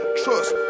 trust